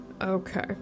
Okay